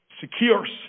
Secures